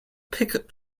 pickup